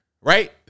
Right